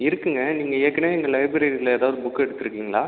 இருக்குதுங்க நீங்கள் ஏற்கனவே எங்கள் லைப்ரரியில் ஏதாவது புக் எடுத்துருக்கீங்களா